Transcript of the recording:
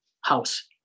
house